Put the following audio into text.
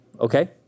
Okay